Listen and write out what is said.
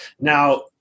Now